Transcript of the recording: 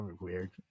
weird